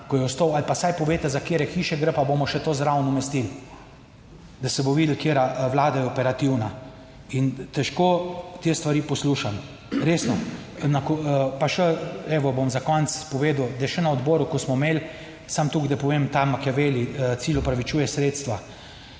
ko je ostal ali pa vsaj povejte za katere hiše gre pa bomo še to zraven umestili, da se bo videlo katera vlada je operativna. Težko te stvari poslušam resno. Pa še, evo, bom za konec povedal, da še na odboru, ko smo imeli samo toliko, da povem, ta / nerazumljivo/ cilj opravičuje sredstva.